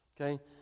okay